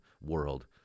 world